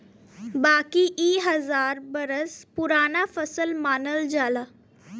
बाकी इ हजार बरस पुराना फसल मानल जाला